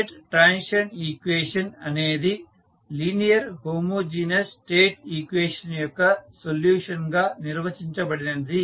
state transition equation అనేది linear homogeneous state equation యొక్క solution గా నిర్వచించబడింది